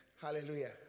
Hallelujah